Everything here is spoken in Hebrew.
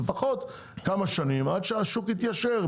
לפחות כמה שנים עד שהשוק יתיישר,